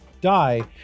die